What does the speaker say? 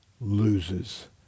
loses